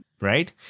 right